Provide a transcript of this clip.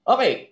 Okay